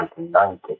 1990